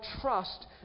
trust